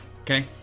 Okay